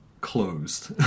closed